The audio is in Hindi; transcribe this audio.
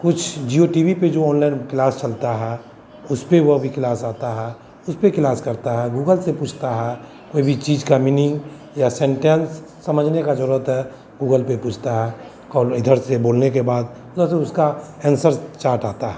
कुछ जियो टी वी पर जो ऑनलाइन क्लास चलता है उसपर वह भी क्लास आता है उसपर किलास करता है गूगल से पूछता है कोई भी चीज़ का मीनिंग या सेंटेन्स समझने का जो रहता है गूगल पर पूछता है कॉल में इधर से बोलने के बाद उधर से उसका ऐन्सर चार्ट आता है